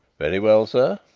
very well, sir.